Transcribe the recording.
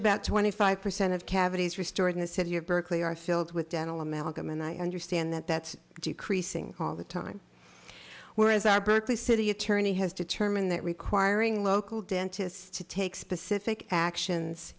about twenty five percent of cavities restored in the city of berkeley are filled with dental amalgam and i understand that that's decreasing all the time whereas our berkeley city attorney has determined that requiring local dentists to take specific actions